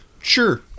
Sure